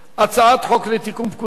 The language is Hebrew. הצעת חוק לתיקון פקודת